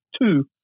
two